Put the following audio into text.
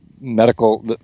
medical